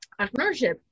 entrepreneurship